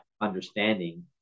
understanding